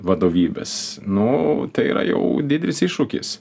vadovybės nu tai yra jau didelis iššūkis